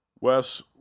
Wes